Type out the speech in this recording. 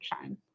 shine